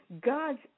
God's